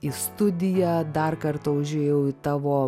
į studiją dar kartą užėjau į tavo